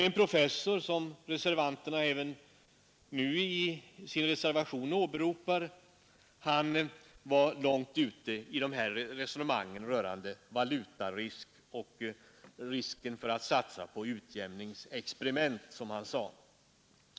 En professor, som reservanterna även nu åberopar, var långt ute i de här resonemangen rörande valutarisk och faran med att satsa på utjämningsexperiment, som han sade.